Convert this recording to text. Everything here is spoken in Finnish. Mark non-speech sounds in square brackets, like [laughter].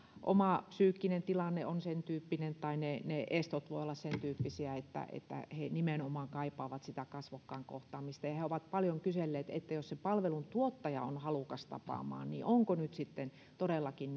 oma psyykkinen tilanne on sen tyyppinen tai ne estot voivat olla sen tyyppisiä että että he nimenomaan kaipaavat sitä kasvokkain kohtaamista ja he ovat paljon kyselleet että jos se palveluntuottaja on halukas tapaamaan niin onko nyt todellakin [unintelligible]